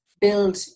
build